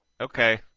Okay